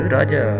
Raja